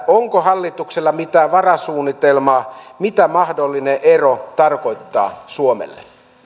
onko hallituksella mitään varasuunnitelmaa mitä mahdollinen ero tarkoittaa suomelle